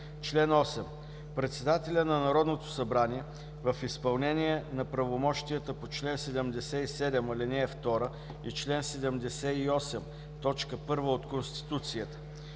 „Чл. 8. (1) Председателят на Народното събрание в изпълнение на правомощията по чл. 77, ал. 1 и чл. 78, т. 1 от Конституцията: